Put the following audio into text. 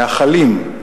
מאחלים,